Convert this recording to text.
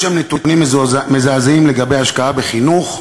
יש שם נתונים מזעזעים לגבי השקעה בחינוך,